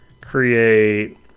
Create